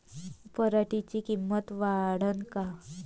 पराटीची किंमत वाढन का?